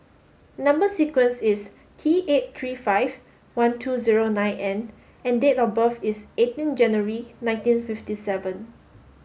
number sequence is T eight three five one two zero nine N and date of birth is eighteen January nineteen fifty seven